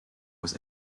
was